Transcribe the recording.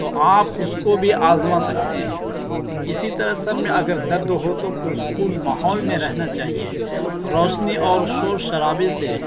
تو آپ اس کو بھی آزما سکتے ہیں اسی طرح سر میں اگر درد ہو تو پرسکون ماحول میں رہنا چاہیے روشنی اور شور شرابے سے